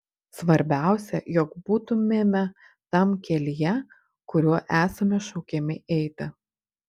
svarbiausia jog būtumėme tam kelyje kuriuo esame šaukiami eiti